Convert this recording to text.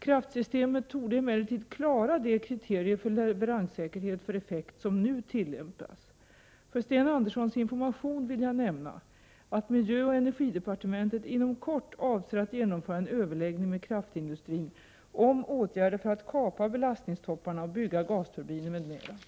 Kraftsystemet torde emellertid klara de kriterier för leveranssäkerhet för effekt som nu tillämpas. För Sten Anderssons information vill jag nämna att miljöoch energidepartementet inom kort avser att genomföra en överläggning med kraftindustrin om åtgärder för att kapa belastningstopparna och bygga gasturbiner m.m.